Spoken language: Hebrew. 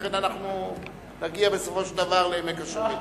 ולכן בסופו של דבר נגיע לעמק השווה.